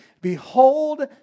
Behold